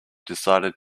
decided